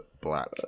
black